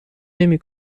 نمی